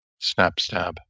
Snapstab